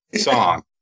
song